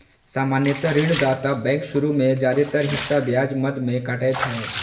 सामान्यतः ऋणदाता बैंक शुरू मे जादेतर हिस्सा ब्याज मद मे काटै छै